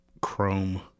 Chrome